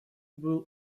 был